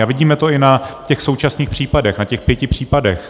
A vidíme to i na těch současných případech, na těch pěti případech.